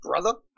brother